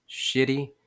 shitty